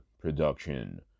production